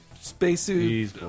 spacesuit